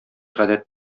гадәт